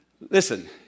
listen